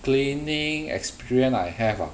cleaning experience I have ah